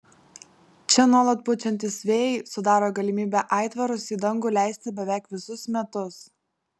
čia nuolat pučiantys vėjai sudaro galimybę aitvarus į dangų leisti beveik visus metus